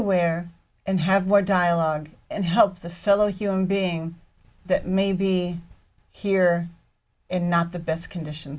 aware and have more dialogue and help their fellow human being that may be here and not the best condition